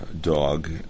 dog